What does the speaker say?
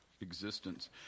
existence